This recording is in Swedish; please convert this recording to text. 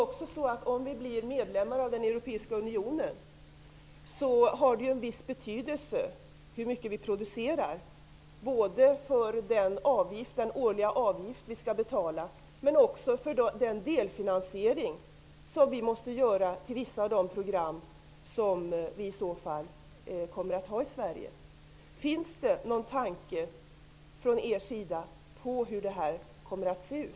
Om vi blir medlemmar i den europeiska unionen har det en viss betydelse hur mycket vi producerar, för den årliga avgift vi skall betala men också för den delfinansiering vi måste stå för i vissa av de program vi kommer att ha i Sverige. Finns det någon tanke från er sida om hur detta kommer att se ut?